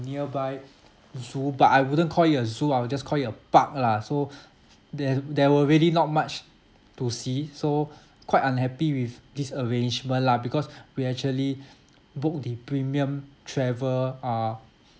nearby zoo but I wouldn't call it a zoo I will just call your park lah so there there were really not much to see so quite unhappy with this arrangement lah because we actually booked the premium travel uh